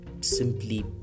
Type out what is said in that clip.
simply